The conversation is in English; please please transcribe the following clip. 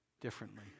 differently